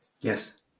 Yes